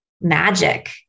magic